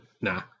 nah